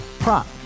Prop